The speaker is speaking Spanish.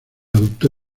adoptó